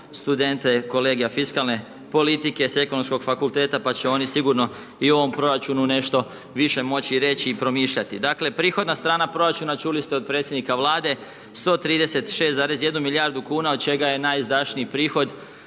studente kolege fiskalne politike s Ekonomskog fakulteta pa će oni sigurno i o ovom proračunu nešto više moći reći i promišljati. Dakle, prihoda strana proračuna čuli ste od predsjednika Vlade 136,1 milijardu kuna od čega je najizdašniji prihod